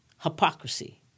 Hypocrisy